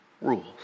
rules